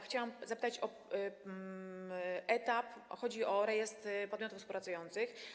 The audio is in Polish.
Chciałam zapytać o etap, chodzi o rejestr podmiotów współpracujących.